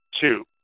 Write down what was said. two